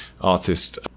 artist